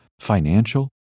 financial